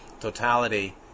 totality